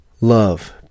love